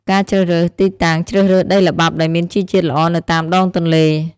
ការជ្រើសរើសទីតាំង ជ្រើសរើសដីល្បាប់ដែលមានជីជាតិល្អនៅតាមដងទន្លេ។